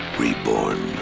reborn